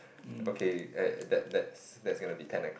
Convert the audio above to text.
okay that that's gonna be ten o-clock